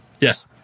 Yes